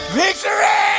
victory